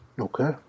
okay